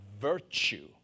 virtue